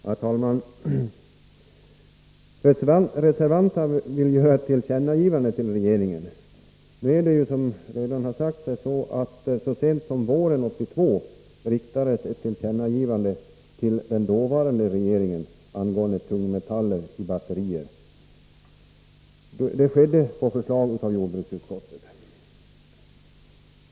Herr talman! Reservanterna vill göra ett tillkännagivande. Så sent som våren 1982 gjordes ett tillkännagivande till den dåvarande regeringen angående tungmetaller i batterier. Det skedde på förslag av jordbruksutskottet.